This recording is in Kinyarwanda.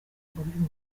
by’umubiri